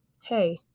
hey